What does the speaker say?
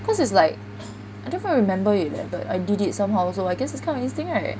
cause it's like I don't even remember it leh but I did it somehow so I guess it's kind of instinct right